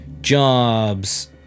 jobs